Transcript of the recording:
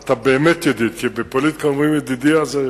אתה באמת ידיד, כי כשבפוליטיקה אומרים "ידידי" אז,